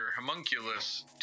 homunculus